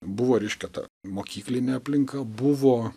buvo reiškia ta mokyklinė aplinka buvo